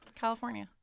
California